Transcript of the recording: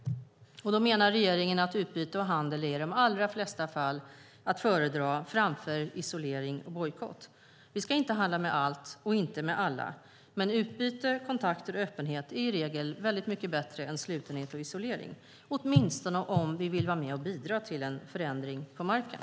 Regeringen menar att utbyte och handel i de allra flesta fall är att föredra framför isolering och bojkott. Vi ska inte handla med allt och inte med alla. Men utbyte, kontakter och öppenhet är i regel väldigt mycket bättre än slutenhet och isolering, åtminstone om vi vill vara med och bidra till en förändring på marken.